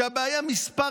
שבעיה מס'